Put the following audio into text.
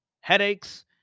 headaches